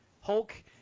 Hulk